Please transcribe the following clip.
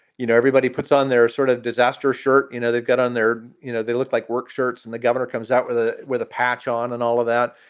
you know, everybody puts on their sort of disaster shirt. you know, they've got on their you know, they looked like work shirts. and the governor comes out with a with a patch on and all of that.